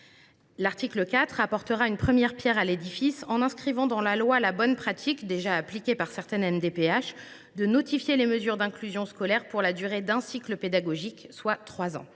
L’article 4 apportera une première pierre à l’édifice, en inscrivant dans la loi la bonne pratique, déjà appliquée par certaines MDPH, de notifier les mesures d’inclusion scolaire pour la durée d’un cycle pédagogique, soit trois ans.